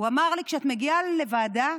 הוא אמר לי: כשאת מגיעה לוועדה,